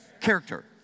Character